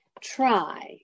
try